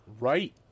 Right